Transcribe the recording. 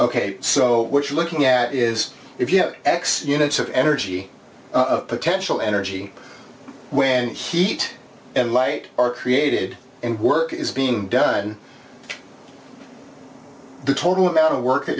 ok so what you're looking at is if you have x units of energy a potential energy when heat and light are created and work is being done the total amount of work that